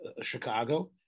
Chicago